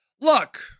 Look